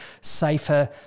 safer